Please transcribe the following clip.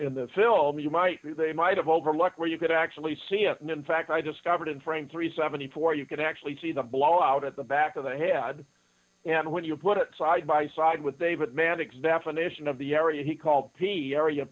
in the film you might they might have overlooked where you could actually see it and in fact i discovered in frame three seventy four you can actually see the blow out at the back of the head and when you put it side by side with david mannix definition of the area he called the area